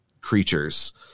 creatures